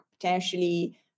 potentially